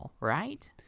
right